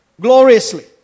Gloriously